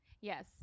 yes